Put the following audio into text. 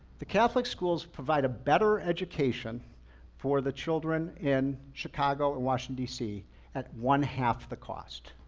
the catholic schools provide a better education for the children in chicago and washington dc at one half the cost.